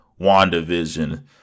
WandaVision